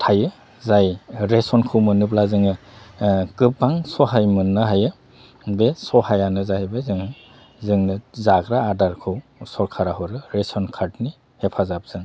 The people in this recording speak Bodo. थायो जाय रेसनखौ मोनोब्ला जोङो गोबां सहाय मोननो हायो बे सहायानो जाहैबाय जोङो जोंनो जाग्रा आदारखौ सरखारा हरो रेसन कार्डनि हेफाजाबजों